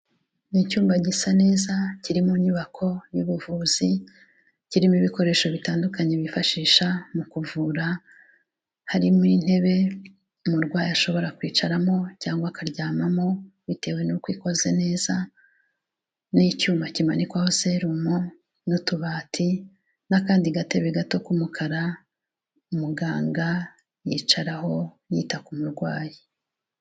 Ni icyumba gisa neza kiri mu nyubako y'ubuvuzi, kirimo ibikoresho bitandukanye bifashisha mu kuvura, harimo intebe umurwayi ashobora kwicaramo cyangwa akaryamamo bitewe nuko ikoze neza, n'icyuma kimanikwaho serumo n'utubati n'akandi gatebe gato k'umukara umuganga yicaraho yita ku murwayi.